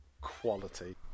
quality